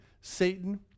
Satan